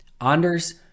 Anders